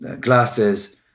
glasses